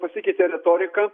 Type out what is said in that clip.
pasikeitė retorika